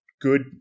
good